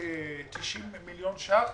390 מיליון ש"ח.